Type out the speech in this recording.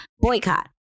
boycott